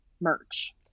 merch